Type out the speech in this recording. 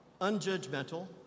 unjudgmental